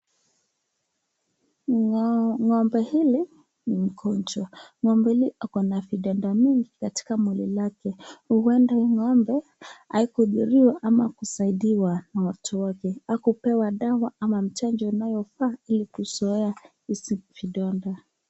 Ngombe hili ni mgonjwa, ngombe hili ako na vidonda mingi katika mwili lake huenda hii ngombe haikuhudumiwa ama kusaidiwa na watu wake haikupewa chanjo ama dawa ambazo husaidia kuzuia hizi vidonda.